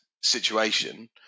situation